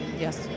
yes